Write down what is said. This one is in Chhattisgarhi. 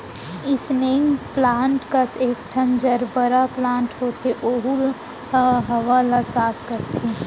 स्नेक प्लांट कस एकठन जरबरा प्लांट होथे ओहू ह हवा ल साफ करथे